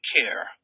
care